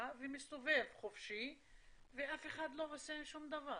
ומסתובב חופשי ואף אחד לא עושה שום דבר.